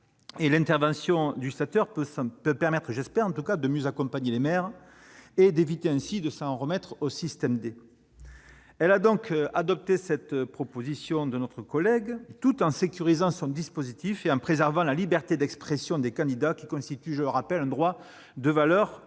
: l'intervention du législateur peut permettre, je l'espère, de mieux accompagner les maires et d'éviter ainsi de s'en remettre au « système D ». Elle a donc adopté la proposition de loi, tout en sécurisant son dispositif et en préservant la liberté d'expression des candidats, qui constitue, je le rappelle, un droit de valeur